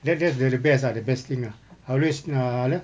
that that's the the best ah the best thing ah I always uh